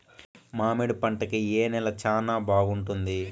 మామిడి పంట కి ఏ నేల చానా బాగుంటుంది